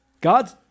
God